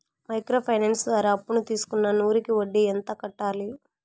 Micro finance ద్వారా అప్పును తీసుకున్న నూరు కి వడ్డీ ఎంత కట్టాలి?